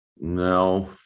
No